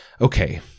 Okay